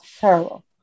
Terrible